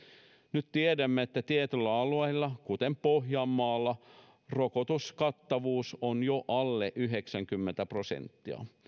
nyt tiedämme että tietyillä alueilla kuten pohjanmaalla rokotuskattavuus on jo alle yhdeksänkymmentä prosenttia